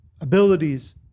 abilities